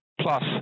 plus